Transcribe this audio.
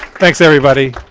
thanks, everybody.